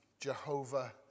Jehovah